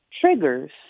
triggers